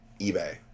eBay